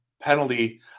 penalty